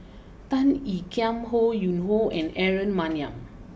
Tan Ean Kiam Ho Yuen Hoe and Aaron Maniam